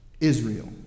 Israel